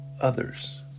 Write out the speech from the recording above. others